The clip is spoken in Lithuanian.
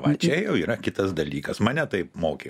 va čia jau yra kitas dalykas mane taip mokė